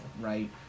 right